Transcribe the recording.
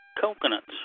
coconuts